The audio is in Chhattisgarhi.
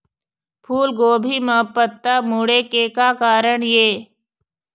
फूलगोभी म पत्ता मुड़े के का कारण ये?